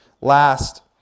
Last